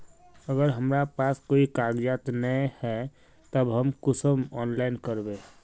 अगर हमरा पास कोई कागजात नय है तब हम कुंसम ऑनलाइन करबे?